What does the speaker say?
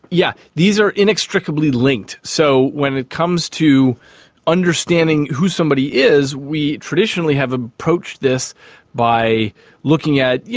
yeah these are inextricably linked. so when it comes to understanding who somebody is, we traditionally have approached this by looking at, yeah